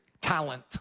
talent